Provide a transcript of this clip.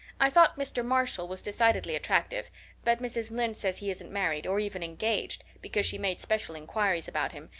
i thought mr. marshall was decidedly attractive but mrs. lynde says he isn't married, or even engaged, because she made special inquiries about him,